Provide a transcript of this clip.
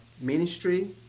ministry